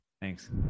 Thanks